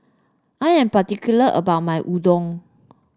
I am particular about my Udon